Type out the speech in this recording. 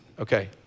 Okay